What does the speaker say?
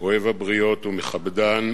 אוהב הבריות ומכבדן,